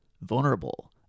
vulnerable